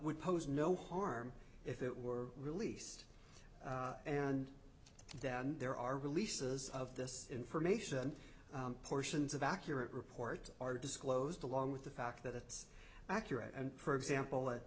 would pose no harm if it were released and then there are releases of this information portions of accurate reports are disclosed along with the fact that it's accurate and probe sample